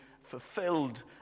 fulfilled